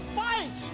fight